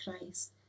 Christ